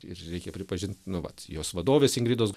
ir reikia pripažint nu vat jos vadovės ingridos